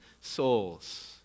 souls